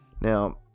Now